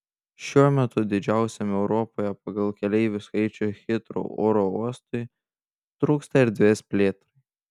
šiuo metu didžiausiam europoje pagal keleivių skaičių hitrou oro uostui trūksta erdvės plėtrai